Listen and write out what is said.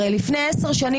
הרי לפני עשר שנים,